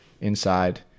inside